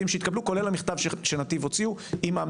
לא כדאי לכם מבחינת קבלת הפנים שתקבלו במדינת ישראל דווקא כשאתם